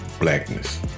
blackness